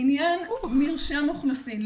לעניין מרשם אוכלוסין,